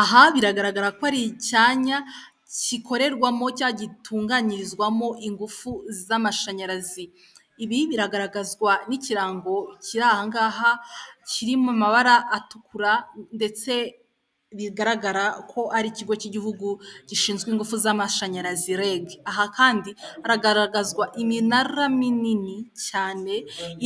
Aha biragaragara ko ari icyanya gikorerwamo cyangwa gitunganyirizwamo ingufu z'amashanyarazi. Ibi biragaragazwa n'ikirango kiri aha ngaha kiri mu mabara atukura ndetse bigaragara ko ari ikigo cy'Igihugu gishinzwe ingufu z'amashanyarazi REG. Aha kandi haragaragazwa iminara minini cyane